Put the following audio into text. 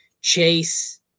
Chase